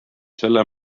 selle